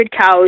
cows